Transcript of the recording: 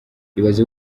ibaze